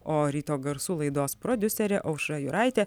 o ryto garsų laidos prodiuserė aušra juraitė